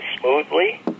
smoothly